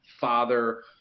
father